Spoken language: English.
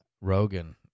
Rogan